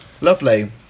Lovely